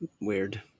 weird